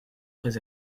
très